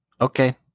okay